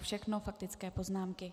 Všechno faktické poznámky.